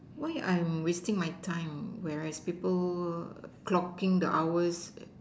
why I'm wasting my time where else people clocking the hours